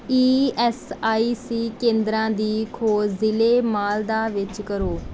E S I C ਕੇਂਦਰਾਂ ਦੀ ਖੋਜ ਜ਼ਿਲ੍ਹੇ ਮਾਲਦਾਹ ਵਿੱਚ ਕਰੋ